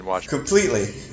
Completely